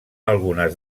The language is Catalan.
algunes